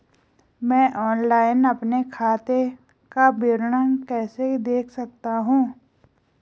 मैं ऑनलाइन अपने खाते का विवरण कैसे देख सकता हूँ?